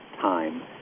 time